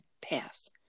pass